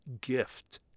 gift